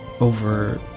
over